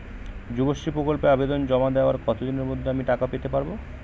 যুবশ্রী প্রকল্পে আবেদন জমা দেওয়ার কতদিনের মধ্যে আমি টাকা পেতে থাকব?